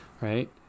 right